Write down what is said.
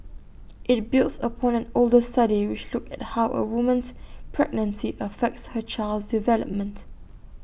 IT builds upon an older study which looked at how A woman's pregnancy affects her child's development